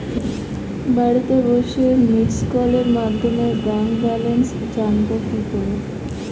বাড়িতে বসে মিসড্ কলের মাধ্যমে ব্যাংক ব্যালেন্স জানবো কি করে?